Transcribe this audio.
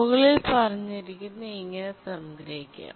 മുകളിൽ പറഞ്ഞിരിക്കുന്നത് ഇങ്ങനെ സംഗ്രഹിക്കാം